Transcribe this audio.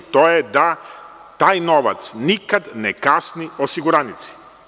To je da taj novac nikad ne kasni osiguranici.